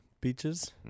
beaches